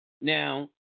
Now